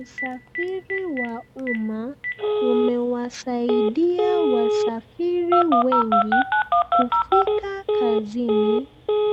Usafiri wa umma umewasaidia wasafiri wengi kufika kazini